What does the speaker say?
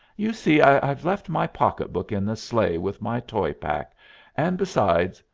you see, i've left my pocketbook in the sleigh with my toy-pack and, besides,